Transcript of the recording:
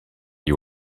you